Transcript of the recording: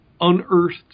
unearthed